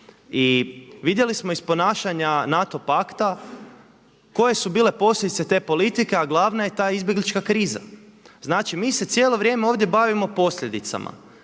I vidjeli smo iz ponašanja NATO Pakta koje su bile posljedice te politike, a glavna je ta izbjeglička kriza. Znači mi se cijelo vrijeme ovdje bavimo posljedicama,